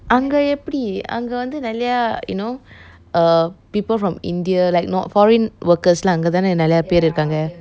அங்க எப்படி அங்க வந்து நிறைய:angeh eppadi angeh vanthu nereya you know err people from india like not foreign workers ல அங்கேதான் நிறைய பேர் இருக்காங்க:la angetaan nereya per irukaange